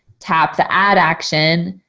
tap the add action,